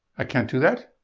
i can't do that?